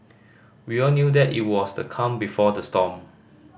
we all knew that it was the calm before the storm